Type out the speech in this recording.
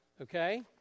okay